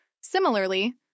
Similarly